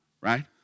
Right